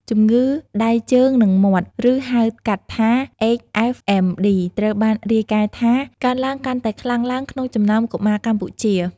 ជំងឺដៃ ជើង និងមាត់ ឬ ហៅកាត់ថា HFMD ត្រូវបានរាយការណ៍ថា កើនឡើងកាន់តែខ្លាំងឡើងក្នុងចំណោមកុមារកម្ពុជា។